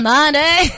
Monday